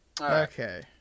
okay